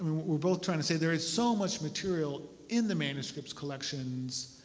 we're both trying to say there is so much material in the manuscripts collections